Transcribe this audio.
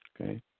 okay